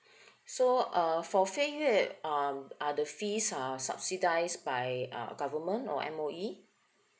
so uh for fei yue um are the fees are subsidized by uh government or M_O_E